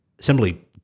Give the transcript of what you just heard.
simply